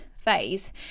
Phase